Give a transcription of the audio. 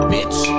Bitch